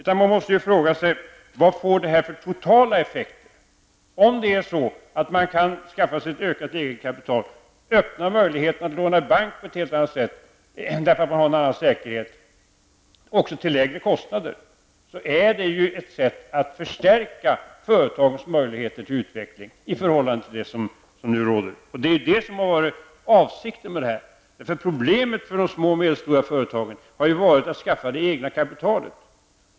Man måste fråga sig vad detta får för totala effekter. Om man kan skaffa sig ett ökat eget kapital, förbättrar det möjligheterna att låna pengar från en bank, eftersom man då har en annan säkerhet, och det kan också ske till lägre kostnader. Detta är alltså ett sätt att förstärka företagens möjligheter till utveckling i förhållande till de möjligheter som nu råder. Detta har varit avsikten. Problemet för de små och medelstora företagen har varit att skaffa sig ett eget kapital.